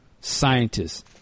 scientists